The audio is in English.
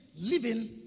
living